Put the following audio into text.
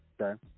Okay